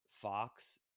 Fox